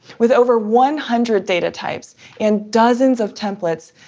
with over one hundred data types in dozens of templates,